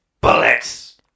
bullets